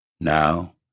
Now